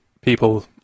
people